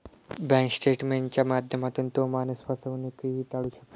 bank स्टेटमेंटच्या माध्यमातून तो माणूस फसवणूकही टाळू शकतो